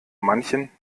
manchen